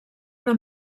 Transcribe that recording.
una